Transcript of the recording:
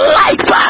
life